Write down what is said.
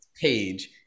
page